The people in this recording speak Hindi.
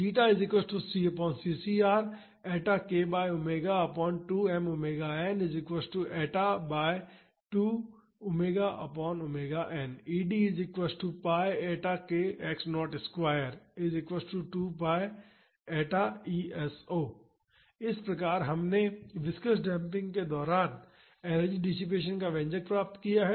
π 2 π इस प्रकार हमने विस्कॉस डेम्पिंग के दौरान एनर्जी डिसिपेसन का व्यंजक प्राप्त किया है